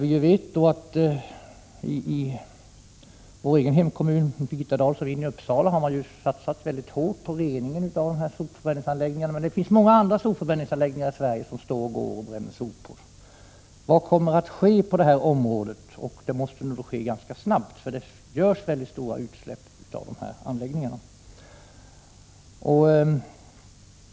I Birgitta Dahls och min hemkommun, Uppsala, har man satsat rätt hårt på rening av sopförbrän ningen. Men det finns många andra anläggningar i Sverige, där man bränner sopor. Vad kommer att ske på detta område? Något måste hända ganska snabbt. Det sker stora utsläpp från dessa anläggningar.